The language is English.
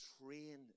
train